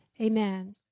amen